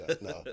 no